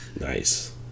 nice